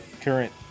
current